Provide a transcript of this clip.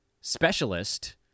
specialist